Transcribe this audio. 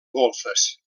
golfes